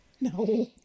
No